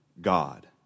God